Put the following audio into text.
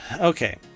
Okay